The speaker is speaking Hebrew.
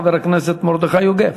חבר הכנסת מרדכי יוגב.